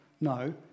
no